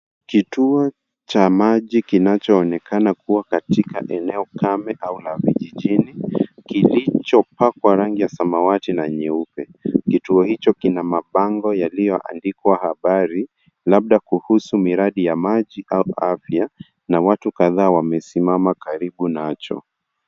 Kituo cha maji kinachoonekana kuwa katika eneo kame au la vijijini, kilichopakwa rangi ya samawati na nyeupe. Kituo hicho kina mapango yaliyoandikwa habari labda kuhusu miradhi ya maji au afya na watu kadhaa wamesimama karibu nacho.